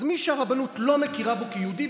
אז מי שהרבנות לא מכירה בו כיהודי,